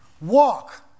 Walk